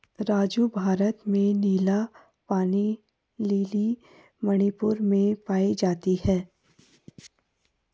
राजू भारत में नीला पानी लिली मणिपुर में पाई जाती हैं